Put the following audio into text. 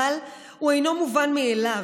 אבל הוא אינו מובן מאליו.